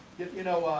you know